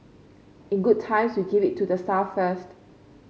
in good times we give it to the staff first